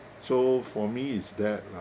so for me it's that lah